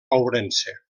ourense